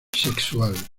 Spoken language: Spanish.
sexual